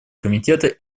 комитета